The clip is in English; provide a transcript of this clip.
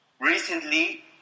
recently